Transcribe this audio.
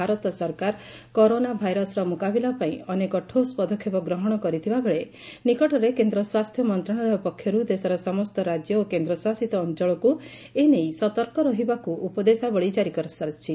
ଭାରତ ସରକାର କରୋନା ଭାଇରସ୍ର ମୁକାବିଲା ପାଇଁ ଅନେକ ଠୋସ୍ ପଦକ୍ଷେପ ଗ୍ରହଶ କରିଥିବାବେଳେ ନିକଟରେ କେନ୍ଦ୍ ସ୍ୱାସ୍ଥ୍ୟ ମନ୍ତଶାଳୟ ପକ୍ଷରୁ ଦେଶର ସମସ୍ତ ରାଜ୍ୟ ଓ କେନ୍ଦ୍ରଶାସିତ ଅଞ୍ଚଳକୁ ଏନେଇ ସତର୍କ ରହିବାକୁ ଉପଦେଶାବଳୀ ଜାରି କରିସାରିଛି